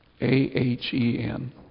A-H-E-N